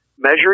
Measure